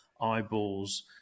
eyeballs